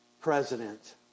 president